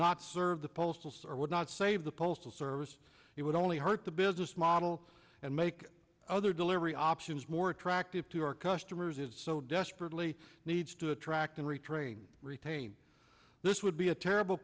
not serve the postal sir would not save the postal service it would only hurt the business model and make other delivery options more attractive to our customers is so desperately needs to attract and retrain retain this would be a terrible